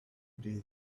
days